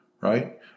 Right